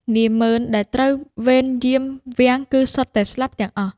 នាហ្មឺនដែលត្រូវវេនយាមវាំងគឺសុទ្ធតែស្លាប់ទាំងអស់។